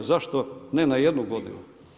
Zašto ne na jednu godinu?